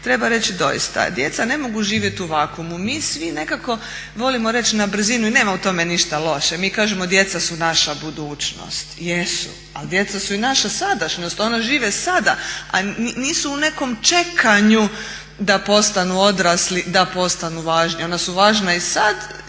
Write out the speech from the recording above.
Treba reći doista, djeca ne mogu živjeti u vakuumu. Mi svi nekako volimo reći na brzinu i nema u tome ništa loše, mi kažemo djeca su naša budućnost. Jesu, ali djeca su i naša sadašnjost, ona žive sada a nisu u nekom čekanju da postanu odrasli, da postanu važni. Ona su važna i sad,